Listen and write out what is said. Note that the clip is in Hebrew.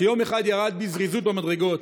שיום אחד ירד בזריזות במדרגות,